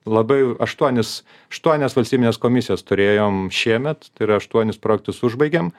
labai aštuonis aštuonias valstybines komisijas turėjom šiemet tai yra aštuonis projektus užbaigėm